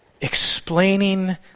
explaining